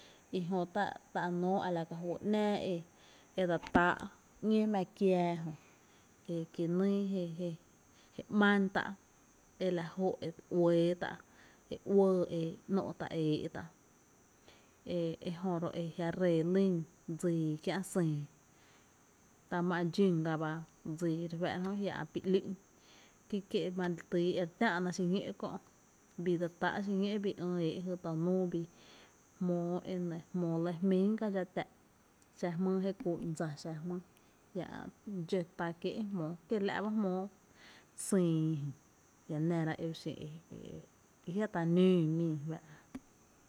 I jö tá’ nóó a la ka juy ‘nⱥⱥ e dse táá’ ‘ñó mⱥⱥ kiää jö e kie’ nýy je je ‘má’ tá’ e la jóó’ e uɇɇ tá’ e uɇɇ e ‘nó’ tá’ e éé’ tá’ e e jö ro’ a jia’ ree lýn dsii kiä’ sÿÿ, t má’ dxún ga ba dsii re fá´r’a jö jia’ ä’ pí ‘lú’n ki kié’ ma re tyy e re tä’na xi ñó kö’ bii dse tá’ xiñó’ bii ÿý’ éé’ jy ta núu bi jmó enɇ, jmóo lɇ jmén ka dxá tää’ xa jmíi je ku’n dsa za jmíi jia’ ä’ dxó tá’ kiee’ ejmóo kiela’ ba jmóo xÿÿ jia nára e ba xin e e jia’ ta nóó mii e fá’ra.